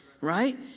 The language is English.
right